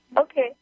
Okay